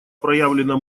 проявлена